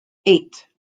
eight